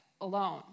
alone